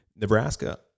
Nebraska